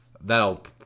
that'll